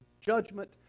judgment